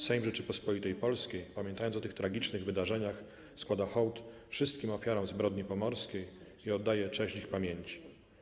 Sejm Rzeczypospolitej Polskiej, pamiętając o tych tragicznych wydarzeniach, składa hołd wszystkim ofiarom zbrodni pomorskiej i oddaje cześć ich pamięci”